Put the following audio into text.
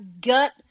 gut